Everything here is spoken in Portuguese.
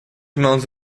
mãos